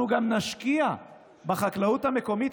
אנחנו גם נשקיע בחקלאות המקומית,